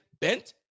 bent